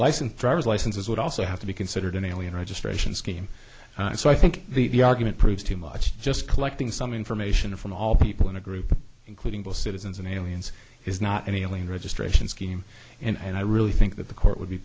license driver's licenses would also have to be considered an alien registration scheme so i think the argument proves too much just collecting some information from all people in a group including bill citizens and aliens is not any alien registration scheme and i really think that the court would be